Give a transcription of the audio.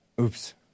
Oops